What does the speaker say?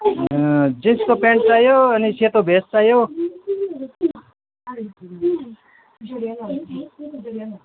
जिन्सको पेन्ट चाहियो अनि सेतो भेस्ट चाहियो